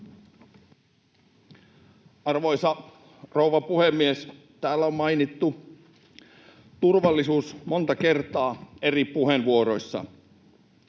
Arvoisa rouva puhemies! Täällä on mainittu turvallisuus monta kertaa eri puheenvuoroissa.